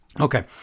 Okay